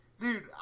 Dude